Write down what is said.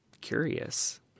curious